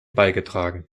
beigetragen